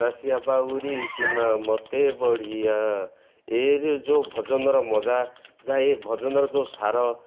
ଦାସିଆ ବାଉରି ସିନା ମୋତେ ବଢ଼ିଆ ଏ ରେ ଯେଉଁ ଭଜନର ମଜା ଯାହା ଏ ଭଜନର ଯେଉଁ ସାର